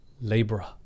laborer